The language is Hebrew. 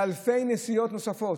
באלפי נסיעות נוספות.